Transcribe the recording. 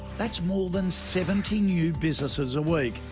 that's more than seventy new businesses a week.